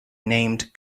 named